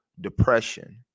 depression